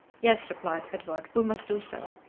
yes, replied edward, we must do so.